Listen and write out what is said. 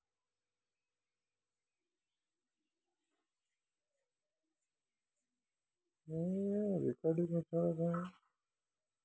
Sir ನನ್ನ ಕಸೂತಿ ಬಟ್ಟೆ ವ್ಯಾಪಾರಕ್ಕೆ ಐದು ಹೊಲಿಗೆ ಯಂತ್ರ ಖರೇದಿಗೆ ಮೂರು ಲಕ್ಷ ಸಾಲ ಬೇಕಾಗ್ಯದ ಕೊಡುತ್ತೇರಾ?